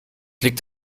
liegt